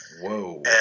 whoa